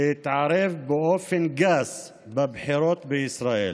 שהתערב באופן גס בבחירות בישראל.